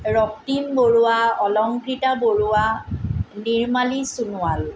Raktim Baruah Alankrita Baruah Nirmali Sonowal